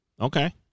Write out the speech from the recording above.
Okay